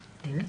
מבחינתך.